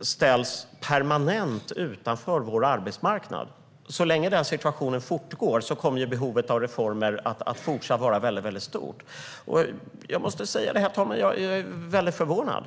ställs permanent utanför vår arbetsmarknad kommer behovet av reformer att fortsätta att vara stort. Herr talman! Jag är förvånad.